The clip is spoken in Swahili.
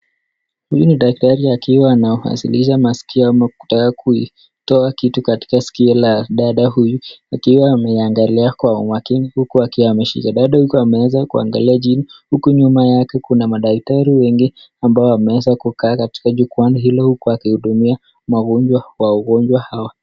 Huyu ni daktari akiwa anawasilisha maskio ama kutaka kuitoa kitu katika sikio la dada huyu, akiwa ameiangalia kwa umakini huku akiwa ameshika. Bado huku ameweza kuangalia chini, huku nyuma yake kuna madaktari wengi ambao wameeza kukaa katika jukwani hilo huku akihudumia magonjwa ya wagonjwa hawa.